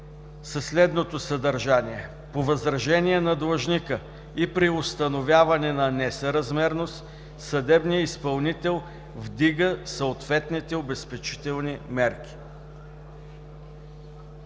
следното съдържание: Алинея 2: „По възражение на длъжника и при установяване на несъразмерност съдебният изпълнител вдига съответните обезпечителни мерки.“